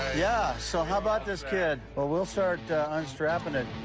yeah. so how about this kid? well, we'll start unstrapping it.